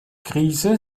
krise